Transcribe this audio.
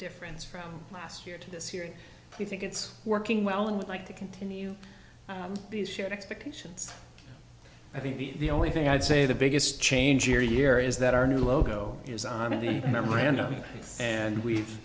difference from last year to this year you think it's working well and would like to continue these shared expectations i think the only thing i'd say the biggest change year year is that our new logo is on in the memorandum and we've